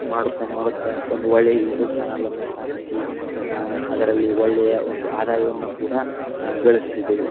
ಮಾಡುತ್ತಾ ಮಾಡುತ್ತಾ ಒಂದು ಒಳ್ಳೆ ಯೂಟ್ಯೂಬ್ ಚಾನೆಲನ್ನು ಸ್ಥಾಪಿಸಿ ಅದರಲ್ಲಿ ಒಳ್ಳೆಯ ಒಂದು ಆದಾಯವನ್ನು ಕೂಡ ಗಳಿಸುತ್ತಿದ್ದೆವು